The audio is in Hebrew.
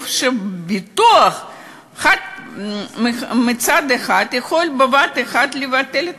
שחברת הביטוח באופן חד-צדדי יכולה בבת-אחת לבטל את